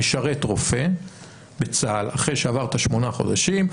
משרת כרופא בצה"ל אחרי שעבר את שמונת החודשים,